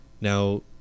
Now